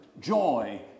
joy